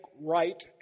right